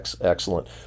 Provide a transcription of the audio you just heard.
Excellent